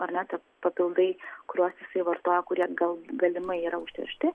ar ne te papildai kuriuos jisai vartojo kurie gal galimai yra užteršti